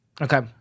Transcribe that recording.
Okay